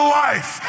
life